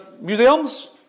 museums